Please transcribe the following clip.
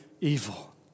evil